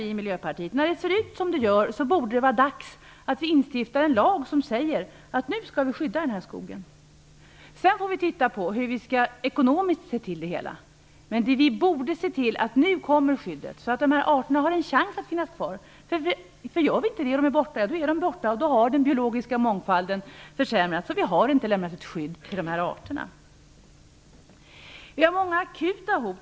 Vi i Miljöpartiet menar att det, eftersom det ser ut som det gör, borde vara dags att instifta en lag som säger att denna skog skall skyddas. Sedan får vi titta på det ekonomiska. Vi borde se till att skyddet kommer nu så att de här arterna får en chans att finnas kvar. Gör vi inte det så är de borta. Då har den biologiska mångfalden försämrats utan att vi lämnat något skydd till dessa arter. Det finns många akuta hot.